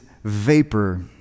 Vapor